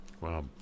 Wow